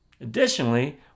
Additionally